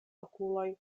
okuloj